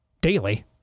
daily